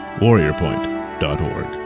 WarriorPoint.org